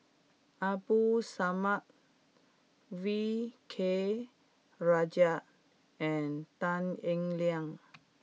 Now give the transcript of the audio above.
Abdul Samad V K Rajah and Tan Eng Liang